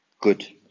good